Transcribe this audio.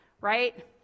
right